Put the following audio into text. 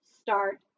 start